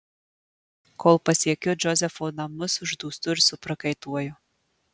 kol pasiekiu džozefo namus uždūstu ir suprakaituoju